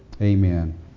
Amen